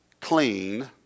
clean